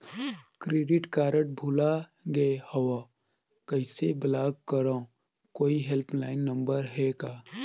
Credit card भुला गे हववं कइसे ब्लाक करव? कोई हेल्पलाइन नंबर हे का?